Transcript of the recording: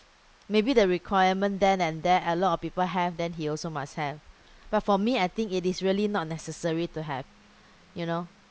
maybe the requirement then and there a lot of people have then he also must have but for me I think it is really not necessary to have you know